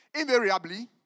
Invariably